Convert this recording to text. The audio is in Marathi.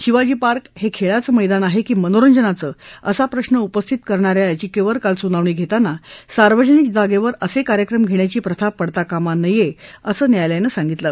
शिवाजी पार्क हे खेळाचं मैदान आहे की मंनोरंजनाचं असा प्रश्न उपस्थित करणाऱ्या याचिकेवर काल सुनावणी घेताना सार्वजनिक जागेवर असे कार्यक्रम घेण्याची प्रथा पडता कामा नये असं न्यायालयानं सांगितलं